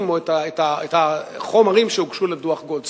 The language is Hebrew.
או את החומרים שהוגשו לדוח-גולדסטון.